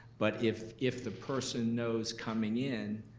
but if if the person knows coming in,